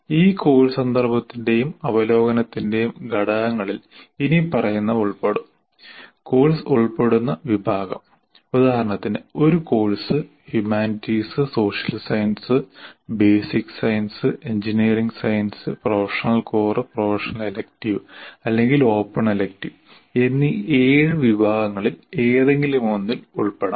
ഈ കോഴ്സ് സന്ദർഭത്തിന്റെയും അവലോകനത്തിന്റെയും ഘടകങ്ങളിൽ ഇനിപ്പറയുന്നവ ഉൾപ്പെടും കോഴ്സ് ഉൾപ്പെടുന്ന വിഭാഗം ഉദാഹരണത്തിന് ഒരു course humanities social science basic sciences engineering sciences professional core professional elective അല്ലെങ്കിൽ ഓപ്പൺ എലക്ടീവ് എന്നീ 7 വിഭാഗങ്ങളിൽ ഏതെങ്കിലും ഒന്നിൽ ഉൾപ്പെടാം